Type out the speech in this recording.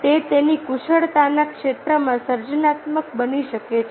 તે તેની કુશળતાના ક્ષેત્રમાં સર્જનાત્મક બની શકે છે